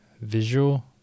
visual